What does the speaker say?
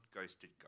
ghosted